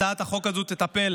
הצעת החוק הזו תטפל